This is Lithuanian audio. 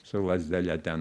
su lazdele ten